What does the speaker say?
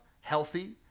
healthy